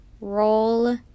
roll